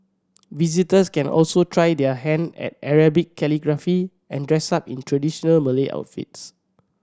visitors can also try their hand at Arabic calligraphy and dress up in traditional Malay outfits